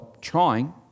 trying